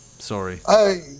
Sorry